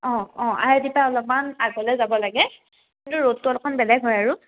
অঁ অঁ I I টিৰ পৰা অলপমান আগলৈ যাব লাগে কিন্তু ৰ'ডটো অলপমান বেলেগ হয় আৰু